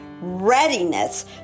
readiness